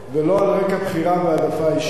ולא על רקע בחירה והעדפה אישית,